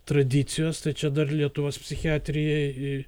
tradicijos tai čia dar lietuvos psichiatrijai